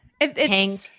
Hank